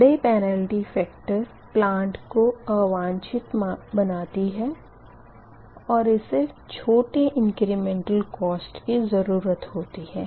बड़े penalty factor plant को अवांछित बनाती है और इसे छोटे इंक्रिमेंटल कोस्ट की ज़रूरत होती है